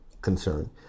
concern